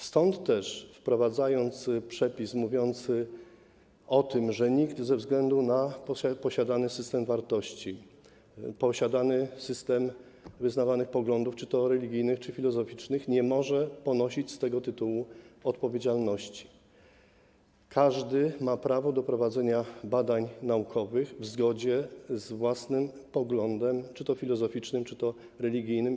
Stąd też wprowadzając przepis mówiący o tym, że nikt ze względu na posiadany system wartości, posiadany system wyznawanych poglądów religijnych czy filozoficznych nie może ponosić z tego tytułu odpowiedzialności, uznajemy, że każdy ma prawo do prowadzenia badań naukowych w zgodzie z własnym poglądem filozoficznym czy religijnym.